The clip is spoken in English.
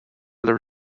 their